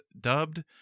dubbed